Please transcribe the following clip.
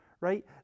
right